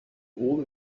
all